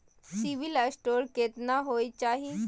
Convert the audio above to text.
CIBIL score केतना होय चाही?